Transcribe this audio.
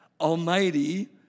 Almighty